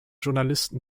journalisten